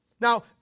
Now